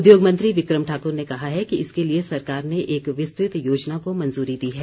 उद्योग मंत्री बिक्रम ठाकुर ने कहा है कि इसके लिए सरकार ने एक विस्तृत योजना को मंजूरी दी है